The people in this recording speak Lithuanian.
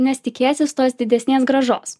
nes tikėsis tos didesnės grąžos